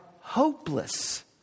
hopeless